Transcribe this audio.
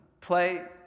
play